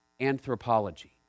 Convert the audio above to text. anthropology